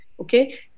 okay